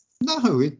No